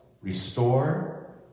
restore